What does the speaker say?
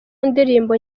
ndirimbo